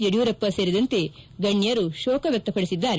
ಯಡಿಯೂರಪ್ಪ ಸೇರಿದಂತೆ ಗಣ್ಯರು ಶೋಕ ವ್ಯಕ್ತಪಡಿಸಿದ್ದಾರೆ